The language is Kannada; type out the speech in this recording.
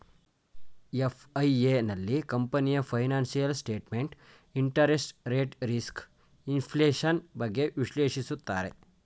ಎಫ್.ಐ.ಎ, ನಲ್ಲಿ ಕಂಪನಿಯ financial statement, interest rate risk, inflation, ಬಗ್ಗೆ ವಿಶ್ಲೇಷಿಸುತ್ತಾರೆ